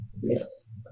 Yes